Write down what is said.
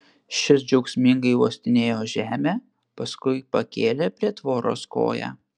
šis džiaugsmingai uostinėjo žemę paskui pakėlė prie tvoros koją